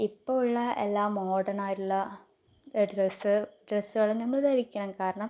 ഇപ്പോൾ ഉള്ള എല്ലാ മോർഡനായിട്ടുള്ള ഡ്രസ്സ് ഡ്രസ്സുകൾ നമ്മള് ധരിക്കണം കാരണം